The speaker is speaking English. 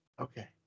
Okay